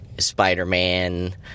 Spider-Man